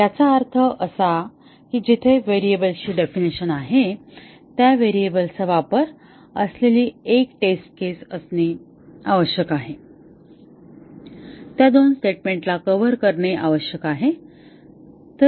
याचा अर्थ असा की जिथे जिथे व्हेरिएबलची डेफिनिशन आहे त्या व्हेरिएबलचा वापर असलेली एक टेस्ट केस असणे आवश्यक आहे त्या दोन स्टेटमेंटला कव्हर करणे आवश्यक आहे